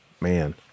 man